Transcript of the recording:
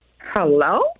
Hello